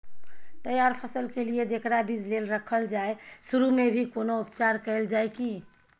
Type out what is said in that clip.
तैयार फसल के लिए जेकरा बीज लेल रखल जाय सुरू मे भी कोनो उपचार कैल जाय की?